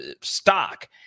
stock